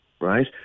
right